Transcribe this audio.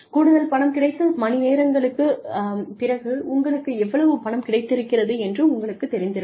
கூடுதல் பணம் கிடைத்த மணி நேரங்களுக்கு பிறகு உங்களுக்கு எவ்வளவு பணம் கிடைத்திருக்கிறது என்று உங்களுக்குத் தெரிந்திருக்கும்